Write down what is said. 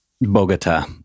Bogota